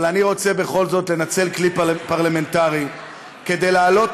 אבל אני רוצה בכל זאת לנצל כלי פרלמנטרי כדי להעלות